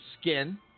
skin